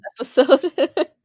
episode